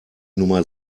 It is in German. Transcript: nummer